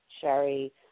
Sherry